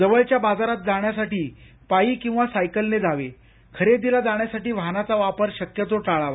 जवळच्या बाजारात जाण्यासाठी पायी किंवा सायकलने जावे खरेदीला जाण्यासाठी वाहनाचा वापर शक्यतो टाळावा